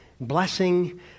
blessing